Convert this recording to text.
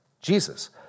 Jesus